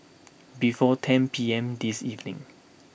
before ten P M this evening